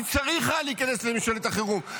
כי צריך היה להיכנס לממשלת החירום,